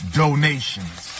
donations